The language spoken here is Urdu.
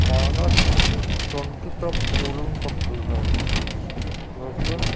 مائنس ٹونٹی تک کولنگ کرتی ہے لیکن